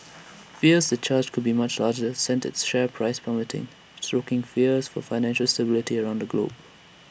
fears the charge could be much larger sent its share price plummeting stoking fears for financial stability around the globe